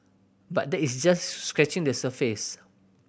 but that is just scratching the surface